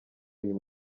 uyu